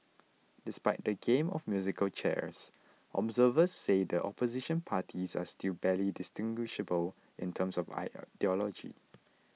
despite the game of musical chairs observers say the Opposition parties are still barely distinguishable in terms of ideology